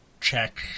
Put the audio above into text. check